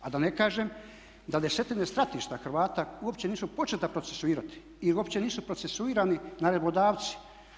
A da ne kažem da desetine stratišta Hrvata uopće nisu početi procesuirati i uopće nisu procesuirani naredbodavci.